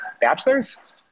bachelor's